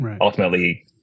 ultimately